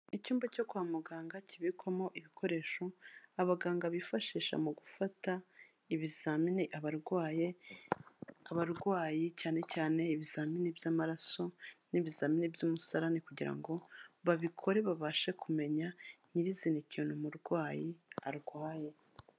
Icyumba cyo kwa muganga, kibikwamo ibikoresho abaganga bifashisha, mu gufata ibizamini abarwaye, abarwayi, cyane cyane ibizamini by'amaraso, n'ibizamini by'umusarane kugira ngo babikore babashe kumenya nyirizina, ikintu umurwayi arwaye.